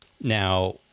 Now